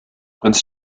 prinz